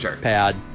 pad